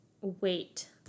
wait